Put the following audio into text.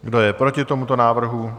Kdo je proti tomuto návrhu?